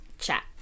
chat